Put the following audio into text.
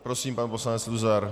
Prosím, pan poslanec Luzar.